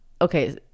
okay